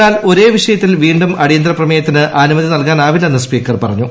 എന്നാൽ ഒരേ വിഷയത്തിൽ വീണ്ടും ൃഢടിയന്തിര പ്രമേയത്തിന് അനുമതി നൽകാനാവില്ലെന്ന് സ്പീക്കർ പറഞ്ഞു